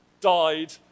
died